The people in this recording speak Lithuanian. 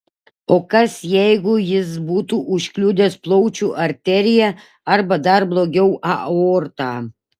o kas jeigu jis būtų užkliudęs plaučių arteriją arba dar blogiau aortą